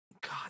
God